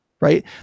right